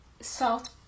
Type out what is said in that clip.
salt